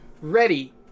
Ready